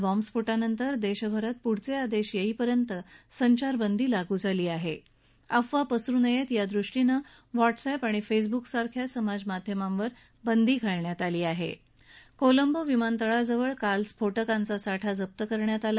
बॉम्बस्फोटांनंतर दर्धभरात पुढच आदर्श यक्षिर्यंत संचारबंदी लागू झाली आहअफवा पसरु नयतया दृष्टीनं वॉट्सअॅप आणि फस्विबुकसारख्या समाज माध्यमांवर बंदी घालण्यात आली आह कोलंबो विमानतळाजवळ काल स्फोटकांचा साठा जप करण्यात आला